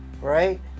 right